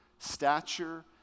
stature